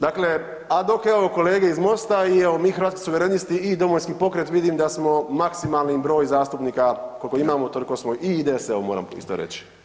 Dakle, a dok evo kolege iz MOST-a i mi evo Hrvatski suverenisti i Domovinski pokret vidim da smo maksimalni broj zastupnika, kolko imamo toliko smo i IDS evo moram isto reći.